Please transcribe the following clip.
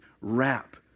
wrap